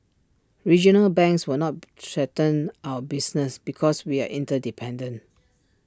regional banks will not threaten our business because we are interdependent